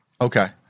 Okay